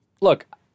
look